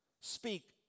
speak